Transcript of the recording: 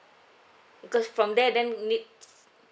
because from there then need